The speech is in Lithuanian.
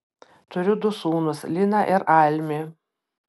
turiu du sūnus liną ir almį